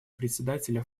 председателя